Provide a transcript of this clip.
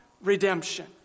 redemption